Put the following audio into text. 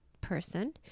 person